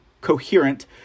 coherent